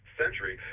century